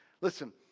Listen